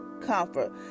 comfort